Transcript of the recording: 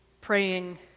praying